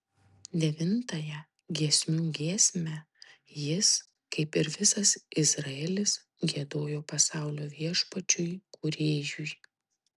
devintąją giesmių giesmę jis kaip ir visas izraelis giedojo pasaulio viešpačiui kūrėjui